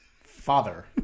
Father